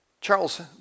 Charles